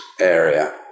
area